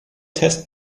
test